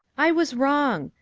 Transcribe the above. i was wrong.